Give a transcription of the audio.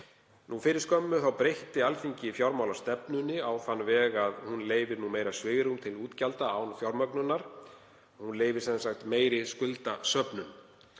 Fyrir skömmu breytti Alþingi fjármálastefnunni á þann veg að hún leyfir nú meira svigrúm til útgjalda án fjármögnunar. Hún leyfir sem sagt meiri skuldasöfnun